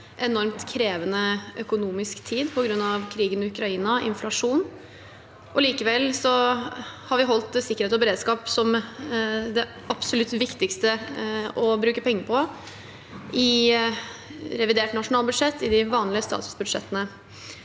enormt krevende økonomisk tid på grunn av krigen i Ukraina og inflasjon. Likevel har vi holdt på sikkerhet og beredskap som det absolutt viktigste å bruke penger på i revidert nasjonalbudsjett og i de vanlige statsbudsjettene.